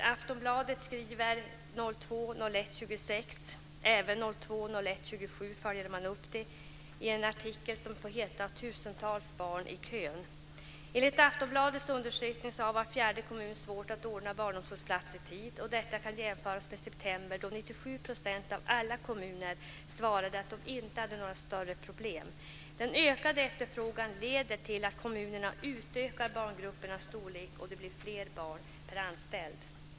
I Aftonbladet stod det den 26 januari i år, vilket följs upp den 27 Detta kan jämföras med september, då 97 % av alla kommuner svarade att de inte hade några större problem. Den ökade efterfrågan leder till att kommunerna utökar barngruppernas storlek och det blir fler barn per anställd.